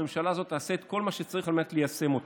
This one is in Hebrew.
הממשלה הזאת תעשה את כל מה שצריך כדי ליישם אותן.